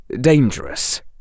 dangerous